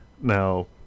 Now